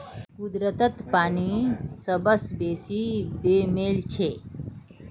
कुदरतत पानी सबस बेसी बेमेल छेक